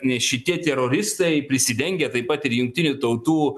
šitie teroristai prisidengia taip pat ir jungtinių tautų